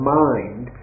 mind